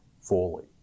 fully